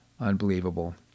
Unbelievable